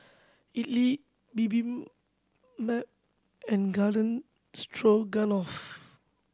Idili and Garden Stroganoff